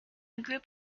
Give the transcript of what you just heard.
group